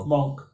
Monk